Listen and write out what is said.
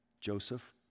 Joseph